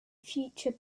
future